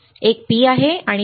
एक P आहे नंतर एक N आहे